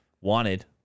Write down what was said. wanted